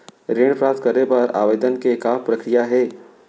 ऋण प्राप्त करे बर आवेदन के का प्रक्रिया हे?